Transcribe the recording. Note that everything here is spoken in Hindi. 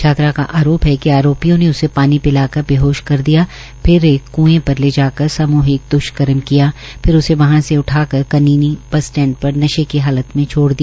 छात्रा का आरोप है कि आरोपियों ने उसे पानी पिला कर बेहोश कर दिया फिर एक कृए पर ले जाकर सामुहिक द्रष्कर्म किया फिर उसे वहा से उठाकर कनीना बस स्टैंड पर नशे की हालत में छोड़ दिया